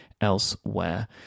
elsewhere